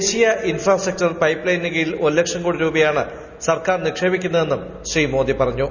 ദേശീയ ഇൻഫ്രാസ്ട്രക്ചർ പൈപ്പ്ലൈനിന് കീഴിൽ ഒരു ലക്ഷം കോടി രൂപയാണ് സർക്കാർ നിക്ഷേപിക്കുന്നതെന്നും ശ്രീ മോദി പറഞ്ഞു